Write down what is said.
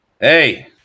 Hey